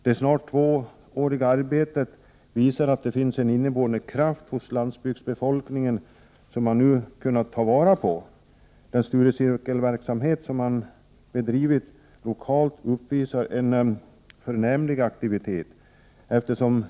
De snart två årens arbete med kampanjen visar att det finns en inneboende kraft hos landsbygdsbefolkningen som man nu kunnat ta vara på. Den studiecirkelverksamhet som bedrivits lokalt uppvisar en förnämlig aktivitet.